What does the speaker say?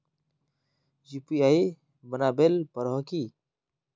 UPI बनावेल पर है की?